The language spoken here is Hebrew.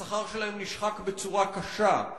השכר שלהם נשחק בצורה קשה.